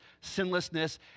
sinlessness